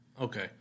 Okay